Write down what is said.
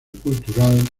cultural